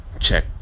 check